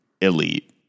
elite